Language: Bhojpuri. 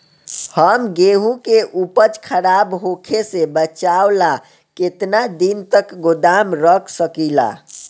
हम गेहूं के उपज खराब होखे से बचाव ला केतना दिन तक गोदाम रख सकी ला?